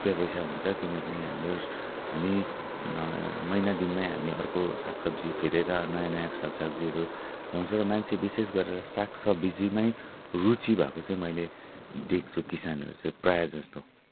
रुपियाँ पैसा हुन्छ किनकि हाम्रो हामी महिना दिनमै हामी अर्को साग सब्जी फिरेर नयाँ नयाँ साग सब्जीहरू लगाउँछौँ र मान्छेहरू विशेष गरेर साग सब्जीमै रुचि भएको चाहिँ मैले देख्छु किसानहरू चाहिँ प्रायः जस्तो